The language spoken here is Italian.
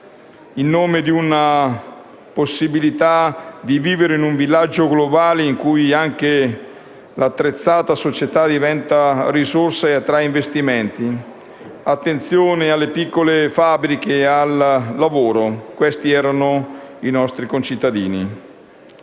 in nome della possibilità di vivere in un villaggio globale, in cui anche l'attrezzata società diventa risorsa e attrae investimenti. Attenzione alle piccole fabbriche e al lavoro: questi erano i nostri concittadini.